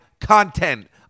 content